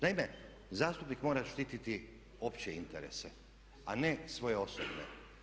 Naime, zastupnik mora štititi opće interese, a ne svoje osobne.